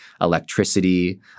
electricity